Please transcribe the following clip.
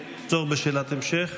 יש שאלת המשך?